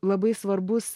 labai svarbus